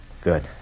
Good